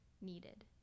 needed